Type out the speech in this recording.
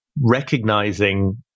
recognizing